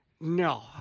No